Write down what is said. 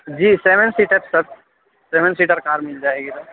جی seven seater sir seven seater car مل جائے گی سر